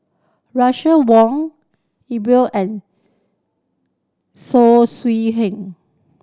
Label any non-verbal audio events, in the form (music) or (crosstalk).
Russel Wong Iqbal and Saw Swee (unintelligible)